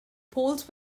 poles